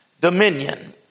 dominion